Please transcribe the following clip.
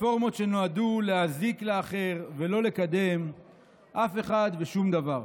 רפורמות שנועדו להזיק לאחר ולא לקדם אף אחד ושום דבר.